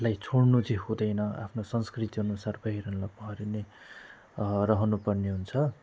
लाई छोडनु चाहिँ हुँदैन आफ्नो संस्कृति अनुसार पहिरनलाई पहिरिनै रहनुपर्ने हुन्छ